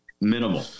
minimal